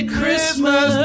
Christmas